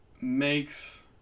makes